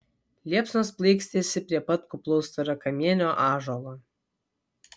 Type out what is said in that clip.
liepsnos plaikstėsi prie pat kuplaus storakamienio ąžuolo